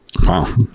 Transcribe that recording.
Wow